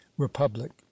republic